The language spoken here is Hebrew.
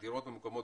הדירות ממוקמות